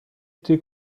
été